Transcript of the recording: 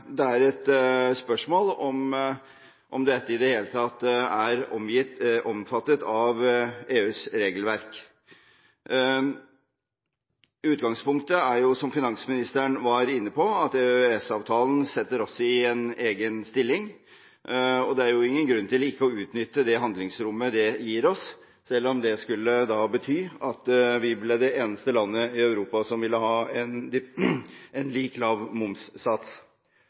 et spørsmål om dette i det hele tatt er omfattet av EUs regelverk. Utgangspunktet er, som finansministeren var inne på, at EØS-avtalen setter oss i en egen stilling. Det er ingen grunn til ikke å utnytte det handlingsrommet det gir oss, selv om det skulle bety at vi ble det eneste landet i Europa med en lik, lav momssats. Jeg tror nok at denne diskusjonen vil være litt forskjellig for henholdsvis bøker og aviser. Avisene er en